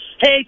Hey